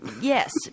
Yes